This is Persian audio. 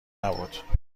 نبود